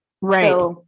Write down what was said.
Right